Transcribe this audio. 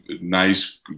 nice